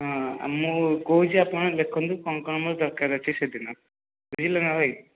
ହଁ ଆ ମୁଁ କହୁଛ ଆପଣ ଲେଖନ୍ତୁ କ'ଣ କ'ଣ ମୋର ଦରକାର ଅଛି ସେଦିନ ବୁଝିଲନା ଭାଇ